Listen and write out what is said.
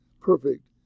perfect